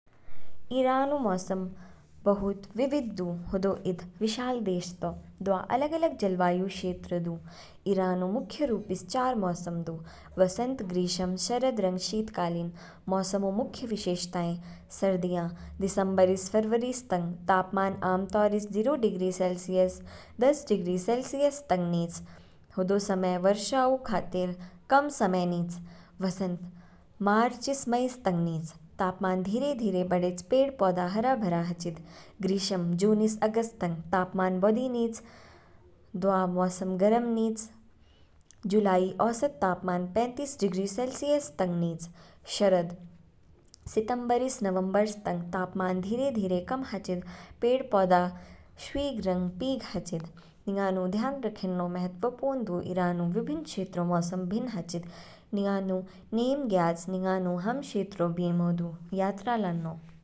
ईरान ऊ मौसम बहुत विविध दु, हुदो ईद विशाल देश तौ, दवा अलग अलग जलवायु क्षेत्र दु। ईरान ऊ मुख्य रुपिस चार मौसम दु, वसंत, ग्रीष्म, शरद रंग, शीतकालीन। मौसम ऊ मुख्य विशेषताएं, सरदिया, दिसंबर स फरवरी तंग, तापमान आमतौरिस जीरो डिग्री सेलसियस दस डिग्री सेलसियस तंग निच, हदौ समय वर्षा ऊ खातिर कम समय निच। वसंत, मारचिस मई तंग निच, तापमान धीरे धीरे बढेच | पेड़ पौधा हरा भरा हाचेद। ग्रीष्म, जुनिस अगस्त तंग, तापमान बौधि निच, दवा मौसम गर्म निच, जुलाई औसत तापमान पैंतीस डिग्री सेलसियस तंग निच। शरद, सितंबरस नवंबरस तंग, तापमान धीरे धीरे कम हाचिद, पेड़ पौधा शवीग रंग पीग हाचेद। निंगानु ध्यान रखेन्नौ महत्वपूर्ण दु ईरान ऊ विभिन्न क्षैत्रो मौसम भिन्न हाचिद, निंगानु नेम ज्ञयाच निंगानु हाम क्षेत्रों बीम ओ दु यात्रा लान्नौ।